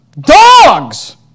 dogs